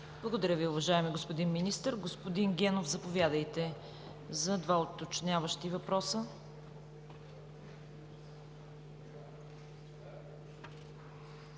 Благодаря Ви, уважаеми господин Министър. Господин Генов, заповядайте за два уточняващи въпроса.